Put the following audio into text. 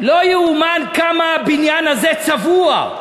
לא ייאמן כמה הבניין הזה צבוע,